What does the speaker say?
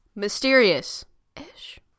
Mysterious-ish